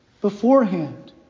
beforehand